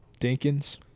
Dinkins